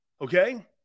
Okay